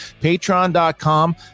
patreon.com